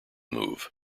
move